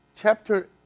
Chapter